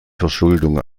verschuldung